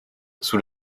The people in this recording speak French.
sous